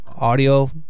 audio